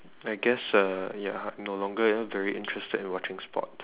I guess uh ya no longer very interested in watching sports